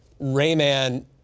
Rayman